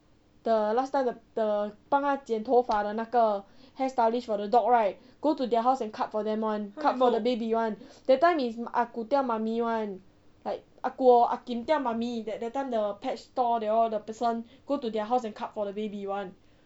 the last time the 帮他剪头发的那个 hair stylist for the dog right go to their house and cut for them [one] cut for the baby [one] that time is ah gu tell mummy [one] like ah gu or ah kim tell mummy that that time the pet store they all the person go to their house and cut for the baby [one]